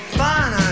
fine